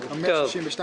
לעוטף